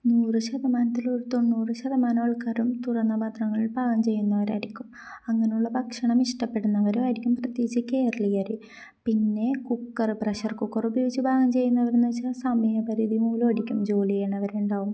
നൂറ് ശതമാനത്തിൽ തൊണ്ണൂറ് ശതമാനം ആൾക്കാരും തുറന്ന പാത്രങ്ങളിൽ പാകം ചെയ്യുന്നവരായിരിക്കും അങ്ങനെയുള്ള ഭക്ഷണം ഇഷ്ടപ്പെടുന്നവരായിരിക്കും പ്രത്യേകിച്ചു കേരളീയർ പിന്നെ കുക്കറ് പ്രഷർ കുക്കർ ഉപയോഗിച്ചു പാകം ചെയ്യുന്നവരെന്ന് വച്ചാൽ സമയപരിധി മൂലമായിരിക്കും ജോലി ചെയ്യുന്നവർ ഉണ്ടാവും